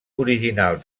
original